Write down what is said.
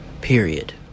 Period